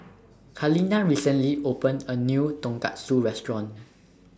Kaleena recently opened A New Tonkatsu Restaurant